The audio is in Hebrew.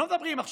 הם לא מדברים רק